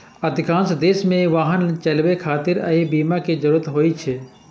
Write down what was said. अधिकांश देश मे वाहन चलाबै खातिर एहि बीमा के जरूरत होइ छै